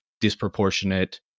disproportionate